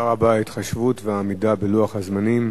תודה רבה על ההתחשבות והעמידה בלוח הזמנים.